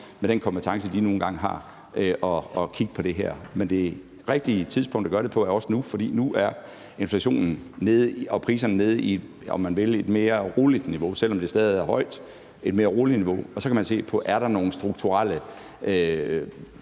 med den kompetence, de nu engang har, at kigge på det her. Men det rigtige tidspunkt at gøre det på er også nu, for nu er inflationen nede og priserne nede på et mere roligt niveau, om man vil, selv om det stadig er højt. Og så kan man se på, om der er nogle strukturelle